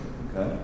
okay